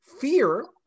fear